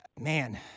Man